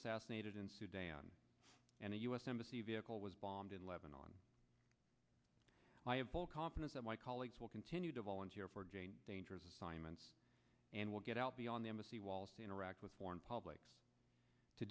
assassinated in sudan and a u s embassy vehicle was bombed in levanon i have full confidence that my colleagues will continue to volunteer for again dangerous assignments and will get out beyond the embassy walls to interact with foreign publics to